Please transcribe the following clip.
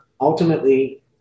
ultimately